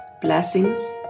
Blessings